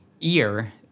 ear